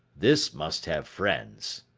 this must have friends.